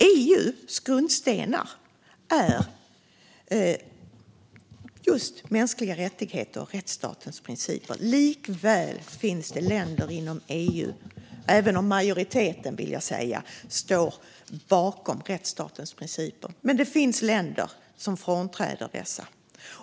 EU:s grundstenar är just mänskliga rättigheter och rättsstatens principer. Majoriteten av EU:s länder står visserligen bakom rättsstatens principer, men det finns länder som frångår dem.